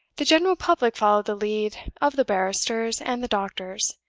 the general public followed the lead of the barristers and the doctors,